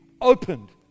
opened